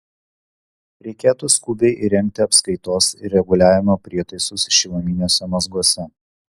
reikėtų skubiai įrengti apskaitos ir reguliavimo prietaisus šiluminiuose mazguose